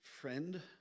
Friend